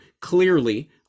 clearly